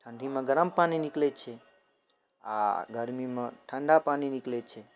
ठण्डीमे गरम पानी निकलै छै आओर गरमीमे ठण्डा पानी निकलै छै